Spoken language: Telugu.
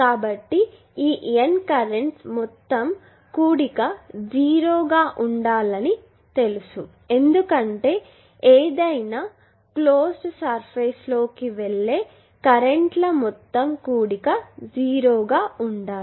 కాబట్టి ఈ N కర్రెంట్స్ మొత్తం కూడిక 0 గా ఉండాలని తెలుసు ఎందుకంటే ఏదైనా క్లోజ్డ్ సర్ఫేస్ లోకి వెళ్ళే కరెంటు ల మొత్తం కూడిక 0 గా ఉండాలి